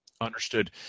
Understood